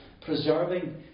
preserving